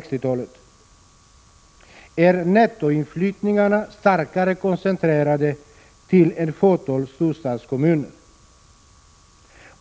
1960-talet, är nettoinflyttningarna starkare koncentrerade till ett fåtal storstadskommuner.